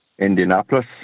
Indianapolis